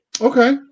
okay